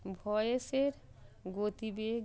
ভয়েসের গতিবেগ